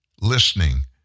listening